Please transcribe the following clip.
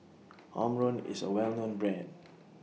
Omron IS A Well known Brand